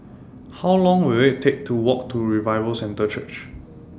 How Long Will IT Take to Walk to Revival Centre Church